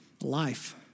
life